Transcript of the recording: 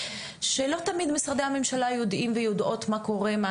שלא תמיד משרדי הממשלה יודעים ויודעות מה קורה מה